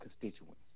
constituents